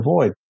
avoid